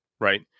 Right